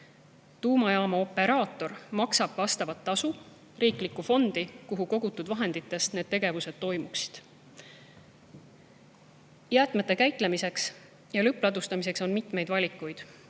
Tuumajaama operaator maksab vastavat tasu riiklikku fondi, kuhu kogunenud vahendite abil need tegevused toimuksid. Jäätmete käitlemiseks ja lõppladustamiseks on mitmeid valikuid.